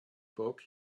book